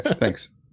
Thanks